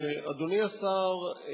אדוני השר,